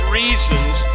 reasons